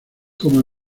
como